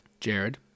Jared